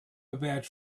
about